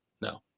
No